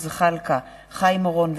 הצעת חוק שירות ביטחון (תיקון,